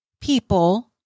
people